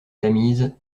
tamise